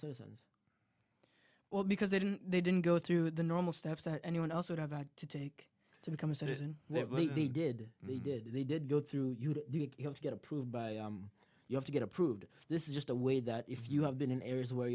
citizens well because they didn't they didn't go through the normal steps that anyone else would have to take to become a citizen there but he did they did they did go through you'd have to get approved by you have to get approved this is just a way that if you have been in areas where